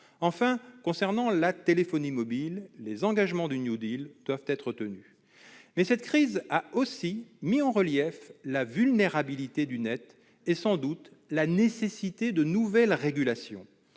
Enfin, concernant la téléphonie mobile, les engagements du New Deal doivent être tenus. Mais cette crise a aussi mis en relief la vulnérabilité du Net et, sans doute, la nécessité de nouvelles régulations.